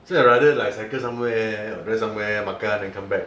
so I rather like cycle somewhere or drive somewhere makan then come back